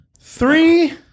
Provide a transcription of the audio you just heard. Three